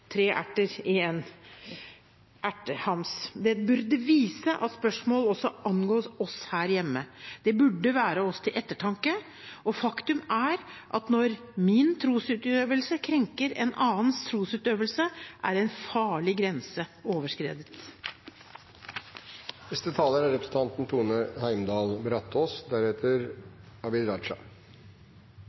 tre erter i en ertehams. Det burde vise at spørsmålet også angår oss her hjemme. Det burde være oss til ettertanke. Faktum er at når min trosutøvelse krenker en annens trosutøvelse, er en farlig grense